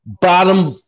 bottom